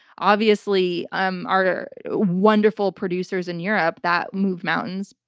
obviously, um our wonderful producers in europe, that moved mountains.